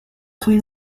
queen